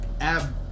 ab